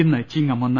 ഇന്ന് ചിങ്ങം ഒന്ന്